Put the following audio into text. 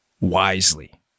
wisely